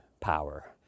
power